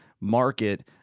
market